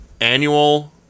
annual